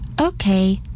Okay